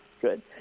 Good